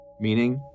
meaning